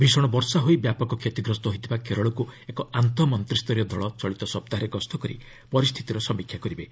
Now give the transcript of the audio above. ଭୀଷଣ ବର୍ଷା ହୋଇ ବ୍ୟାପକ କ୍ଷତିଗ୍ରସ୍ତ ହୋଇଥିବା କେରଳକୁ ଏକ ଆନ୍ତଃ ମନ୍ତ୍ରିସ୍ତରୀୟ ଦଳ ଚଳିତ ସପ୍ତାହରେ ଗସ୍ତ କରି ପରିସ୍ଥିତିର ସମୀକ୍ଷା କରିବେ